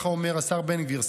ככה אומר השר בן גביר,